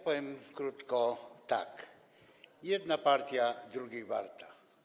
Powiem krótko tak: jedna partia drugiej warta.